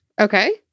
Okay